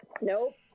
Nope